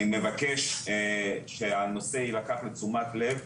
אני מבקש שהנושא יילקח לתשומת לב,